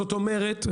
זאת אומרת,